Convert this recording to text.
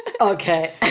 Okay